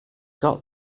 got